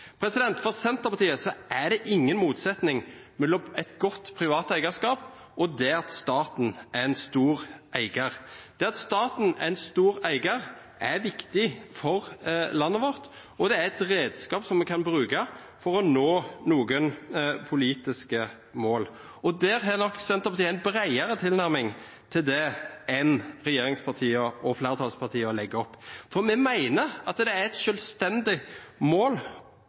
For Senterpartiet er det ingen motsetning mellom et godt privat eierskap og at staten er en stor eier. At staten er en stor eier, er viktig for landet vårt, og det er et redskap som vi kan bruke for å nå noen politiske mål. Dette har nok Senterpartiet en bredere tilnærming til enn hva regjeringspartiene og flertallspartiene legger opp til, for vi mener at det er et selvstendig mål